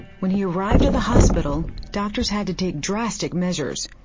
when he arrived at the hospital, doctors had to take drastic measures.